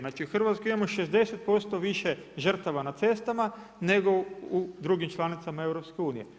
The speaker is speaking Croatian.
Znači u Hrvatskoj imamo 60% više žrtava na cestama nego u drugim članicama EU.